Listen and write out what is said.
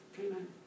Amen